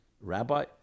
rabbi